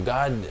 God